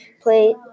Play